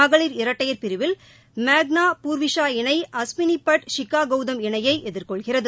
மகளிர் இரட்டையர் பிரிவில் மேக்னா பூர்விஷா இணை அஸ்விளிபட் ஷிக்ஷா கௌதம் இணையை எதிர்கொள்கிறது